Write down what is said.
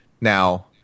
Now